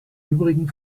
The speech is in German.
übrigen